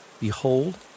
behold